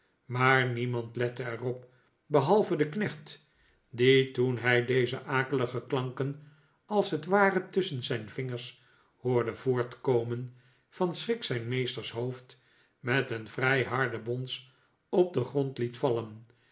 maar niemand lette er op behalve de knecht die toen hij deze akelige klanken als het ware tusschen zijn vingers hoorde voortkomen van schrik zijn meesters hoofd met een vrij harden bons op den grond liet vallen